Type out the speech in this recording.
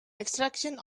extraction